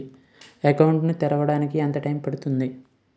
Account ను తెరవడానికి ఎంత టైమ్ పడుతుంది?